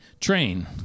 train